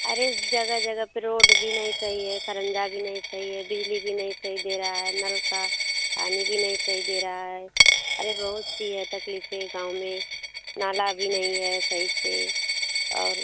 अरे जगह जगह पे रोड भी नहीं सही है खरंजा भी नहीं सही है बिजली भी नहीं सही दे रहा है नल का पानी भी नहीं सही दे रहा है अरे बहुत सी है तकलीफे गाँव में नाला भी नहीं है सही से और